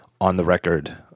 on-the-record